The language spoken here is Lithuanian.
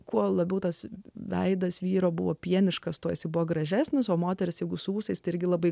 kuo labiau tas veidas vyro buvo pieniškas tuo esi buvo gražesnis o moters jeigu su ūsais tai irgi labai